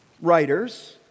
writers